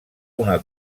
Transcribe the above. una